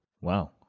Wow